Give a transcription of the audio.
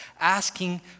asking